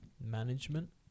management